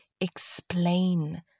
explain